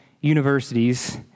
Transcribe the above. universities